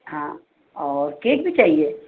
हाँ और केक भी चाहिए